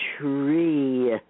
Tree